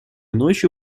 ночью